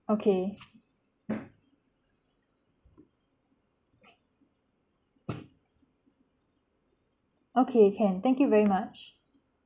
okay okay can thank you very much